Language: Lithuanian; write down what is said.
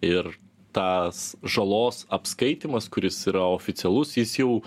ir tą s žalos apskaitymas kuris yra oficialus jis jau